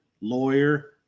lawyer